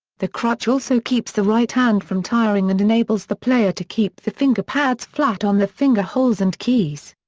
the crutch also keeps the right hand from tiring and enables the player to keep the finger pads flat on the finger holes and keys.